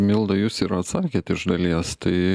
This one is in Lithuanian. milda jūs ir atsakėt iš dalies tai